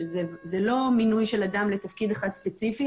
שזה לא מינוי של אדם לתפקיד אחד ספציפי,